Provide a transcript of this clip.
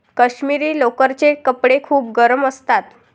काश्मिरी लोकरचे कपडे खूप गरम असतात